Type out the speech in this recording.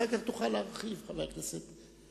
אחר כך תוכל להרחיב, חבר הכנסת טיבי.